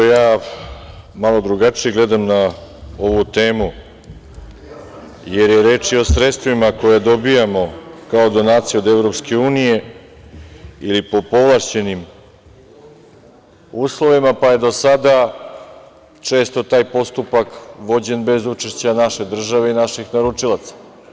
Ja malo drugačije gledam na ovu temu jer je reč i o sredstvima koja dobijamo kao donaciju od EU ili po povlašćenim uslovima, pa je do sada često taj postupak vođen bez učešća naše države i naših naručilaca.